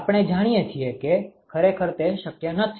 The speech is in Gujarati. આપણે જાણીએ છીએ કે ખરેખર તે શક્ય નથી